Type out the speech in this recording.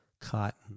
cotton